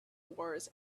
wars